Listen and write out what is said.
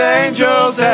angels